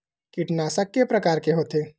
कीटनाशक के प्रकार के होथे?